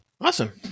Awesome